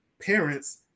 parents